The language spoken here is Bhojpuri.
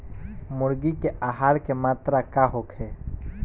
मुर्गी के आहार के मात्रा का होखे?